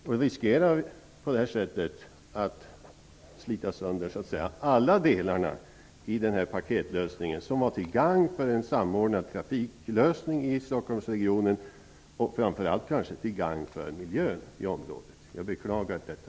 Man riskerar på det här sättet att slita sönder alla delarna i paketet, som var till gagn för en samordnad trafiklösning i Stockholmsregionen och framför allt kanske till gagn för miljön i området. Jag beklagar detta.